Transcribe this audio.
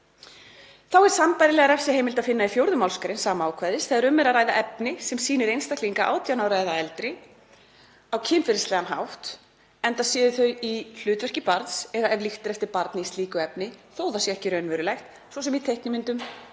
Þá er sambærilega refsiheimild að finna í 4. mgr. þegar um er að ræða efni sem sýnir einstaklinga 18 ára og eldri á kynferðislegan hátt, enda séu þeir í hlutverki barns, eða ef líkt er eftir barni í slíku efni þó að það sé ekki raunverulegt, svo sem í teiknimyndum